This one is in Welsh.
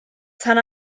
tan